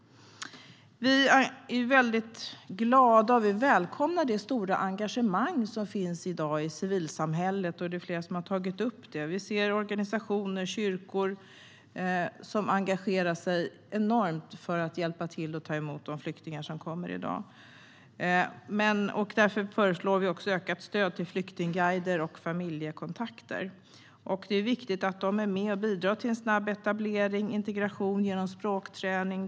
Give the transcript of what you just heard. Vi är väldigt glada över och välkomnar det stora engagemang som i dag finns i civilsamhället. Det är flera som har tagit upp det. Vi ser organisationer och kyrkor som engagerar sig enormt för att hjälpa till och ta emot de flyktingar som kommer i dag. Därför föreslår vi ökat stöd till flyktingguider och familjekontakter. Det är viktigt att de är med och bidrar till en snabb etablering och integration genom språkträning.